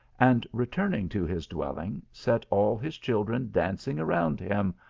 and returning to his dwelling set all his children dancing around him,